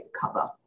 cover